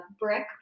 brick